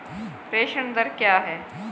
प्रेषण दर क्या है?